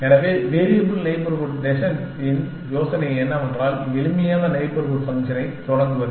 எனவே variable neighbourhood descent ன் யோசனை என்னவென்றால் எளிமையான நெய்பர்ஹுட் ஃபங்க்ஷனைத் தொடங்குவது